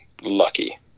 lucky